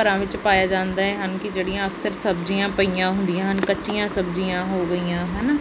ਘਰਾਂ ਵਿੱਚ ਪਾਇਆ ਜਾਂਦਾ ਹਨ ਕਿ ਜਿਹੜੀਆਂ ਸਿਰਫ ਸਬਜ਼ੀਆਂ ਪਈਆਂ ਹੁੰਦੀਆਂ ਹਨ ਕੱਚੀਆਂ ਸਬਜ਼ੀਆਂ ਹੋ ਗਈਆਂ ਹੈ ਨਾ